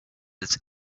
its